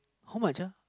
how much uh